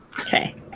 Okay